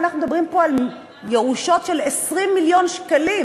ואנחנו מדברים פה על ירושות של 20 מיליון שקלים.